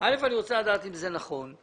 אני רוצה לדעת אם זה נכון.